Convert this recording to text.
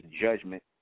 judgment